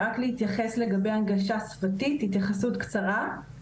רק להתייחס לגבי הנגשה שפתית התייחסות קצרה.